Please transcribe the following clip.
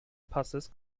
passes